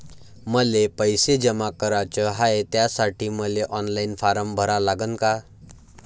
मले पैसे जमा कराच हाय, त्यासाठी मले ऑनलाईन फारम भरा लागन का?